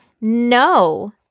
No